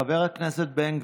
חבר הכנסת בן גביר,